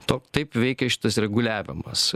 tok taip veikia šitas reguliavimas